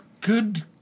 good